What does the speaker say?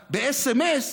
בסמ"ס,